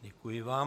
Děkuji vám.